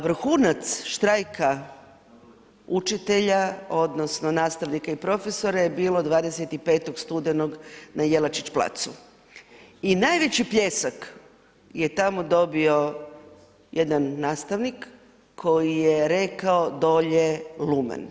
Vrhunac štrajka učitelja odnosno nastavnika i profesora je bilo 25. studenog na Jelačić placu i najveći pljesak je tamo dobio jedan nastavnik koji je rekao „dolje lumen“